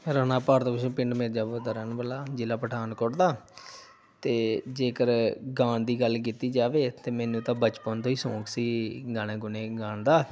ਰਾਣਾ ਭਾਰਤ ਭੂਸ਼ਣ ਪਿੰਡ ਮਿਰਜਾਪੁਰ ਦਾ ਰਹਿਣ ਵਾਲਾ ਹਾਂ ਜ਼ਿਲ੍ਹਾ ਪਠਾਨਕੋਟ ਦਾ ਅਤੇ ਜੇਕਰ ਗਾਉਣ ਦੀ ਗੱਲ ਕੀਤੀ ਜਾਵੇ ਤਾਂ ਮੈਨੂੰ ਤਾਂ ਬਚਪਨ ਤੋਂ ਹੀ ਸ਼ੌਂਕ ਸੀ ਗਾਣੇ ਗੂਣੇ ਗਾਉਣ ਦਾ